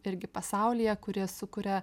irgi pasaulyje kuri sukuria